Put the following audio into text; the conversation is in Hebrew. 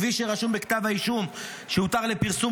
כפי שרשום בכתב האישום שהותר לפרסום